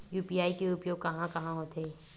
UPI के उपयोग कहां कहा होथे?